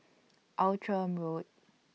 Outram Road